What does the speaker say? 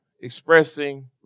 expressing